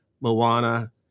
Moana